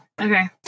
Okay